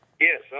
Yes